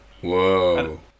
Whoa